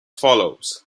follows